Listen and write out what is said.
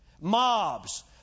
Mobs